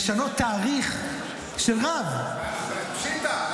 לשנות תאריך של רב --- פשיטא,